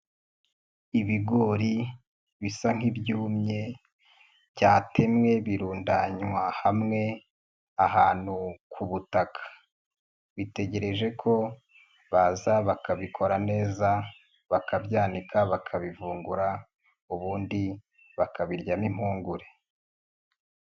Ibigori bisa nk'ibyumye byatemwe birundanywa hamwe ahantu ku butaka. Bitegereje ko baza bakabikora neza, bakabyanika bakabivungura, ubundi bakabiryamo impungure.